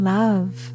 love